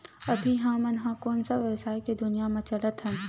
अभी हम ह कोन सा व्यवसाय के दुनिया म चलत हन?